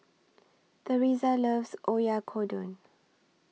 Terese loves Oyakodon